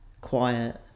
quiet